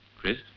Chris